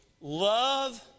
love